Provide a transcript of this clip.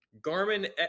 Garmin